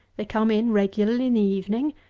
they come in regularly in the evening,